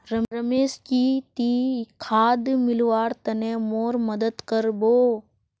रमेश की ती खाद मिलव्वार तने मोर मदद कर बो